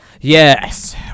Yes